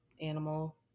animal